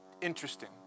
interesting